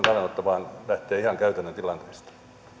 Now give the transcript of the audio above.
kannanotto vaan lähtee ihan käytännön tilanteesta ja